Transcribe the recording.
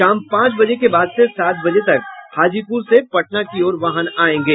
शाम पांच बजे के बाद से सात बजे तक हाजीपूर से पटना की ओर वाहन आयेंगे